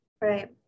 Right